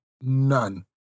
none